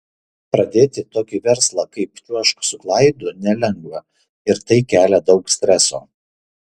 pradėti tokį verslą kaip čiuožk su klaidu nelengva ir tai kelia daug streso